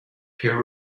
peer